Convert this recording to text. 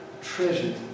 treasured